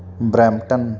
Brampton